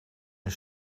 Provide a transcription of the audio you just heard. een